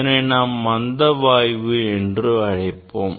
இதனை நாம் மந்த வாயுக்கள் என்று அழைப்போம்